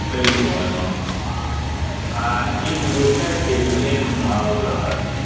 पैघ बनलहुँ आ एकदोसरके प्रेम भाव रहल